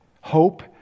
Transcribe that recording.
Hope